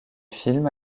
film